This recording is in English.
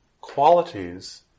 qualities